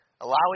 allowing